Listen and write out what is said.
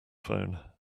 phone